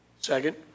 Second